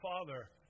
Father